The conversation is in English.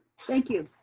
thank you.